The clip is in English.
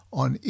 on